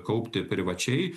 kaupti privačiai